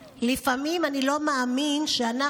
פוסט שעלה ברשתות החברתיות: לפעמים אני לא מאמין שאנחנו